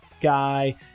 guy